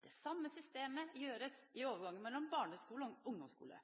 Det samme systemet har man for overgangen mellom barneskole og ungdomsskole: